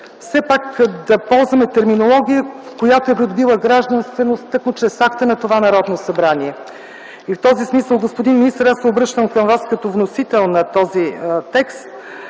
все пак да ползваме терминология, която е добила гражданственост тъкмо чрез акта на това Народно събрание. В този смисъл, господин министър, аз се обръщам към Вас като вносител на този текст: